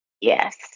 Yes